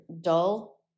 dull